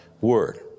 word